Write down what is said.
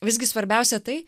visgi svarbiausia tai